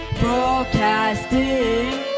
broadcasting